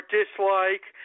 dislike